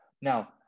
Now